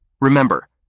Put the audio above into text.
Remember